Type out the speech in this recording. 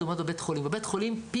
לעומת בבית החולים בבית החולים נותנים